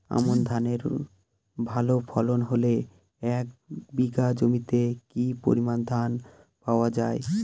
আমন ধানের ভালো ফলন হলে এক বিঘা জমিতে কি পরিমান ধান পাওয়া যায়?